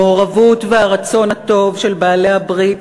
המעורבות והרצון הטוב של בעלי-הברית